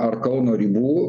ar kauno ribų